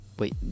Wait